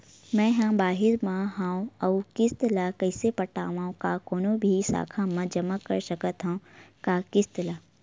मैं हा बाहिर मा हाव आऊ किस्त ला कइसे पटावव, का कोनो भी शाखा मा जमा कर सकथव का किस्त ला?